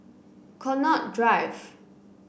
Connaught Drive